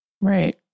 right